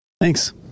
Thanks